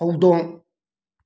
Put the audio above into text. ꯍꯧꯗꯣꯡ